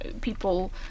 people